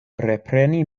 repreni